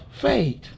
faith